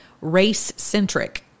race-centric